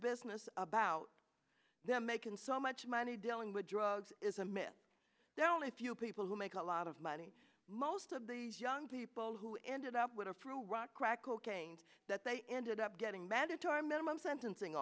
business about them make and so much money dealing with drugs is a myth the only few people who make a lot of money most of these young people who ended up with through rock crack cocaine that they ended up getting mandatory minimum sentencing